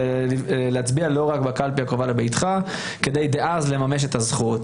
ולהצביע לא רק בקלפי הקרובה לביתך כדי לממש את הזכות.